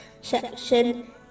section